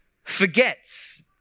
forgets